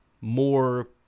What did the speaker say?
more